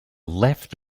left